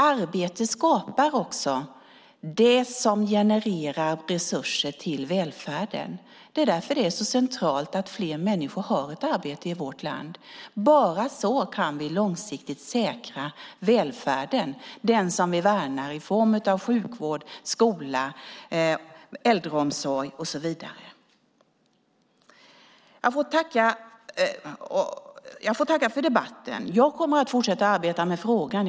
Arbete skapar också det som genererar resurser till välfärden. Det är därför som det är så centralt att fler människor i vårt land har ett arbete. Bara så kan vi långsiktigt säkra välfärden, den som vi värnar i form av sjukvård, skola, äldreomsorg och så vidare. Jag tackar för debatten. Jag kommer att fortsätta arbeta med frågan.